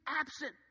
absent